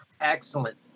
Excellent